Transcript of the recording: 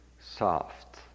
soft